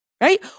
right